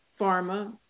pharma